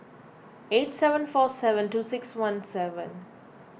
eight seven four seven two six one seven